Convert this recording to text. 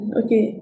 okay